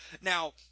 Now